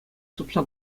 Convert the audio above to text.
тупса